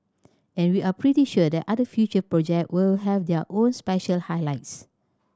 and we are pretty sure that other future project will have their own special highlights